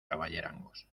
caballerangos